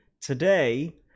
Today